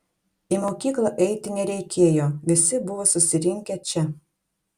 į mokyklą eiti nereikėjo visi buvo susirinkę čia